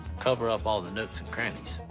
cover up all the nooks and crannies.